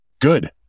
good